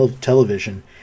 television